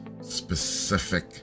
specific